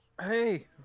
Hey